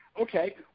okay